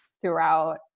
throughout